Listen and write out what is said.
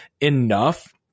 enough